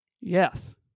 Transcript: yes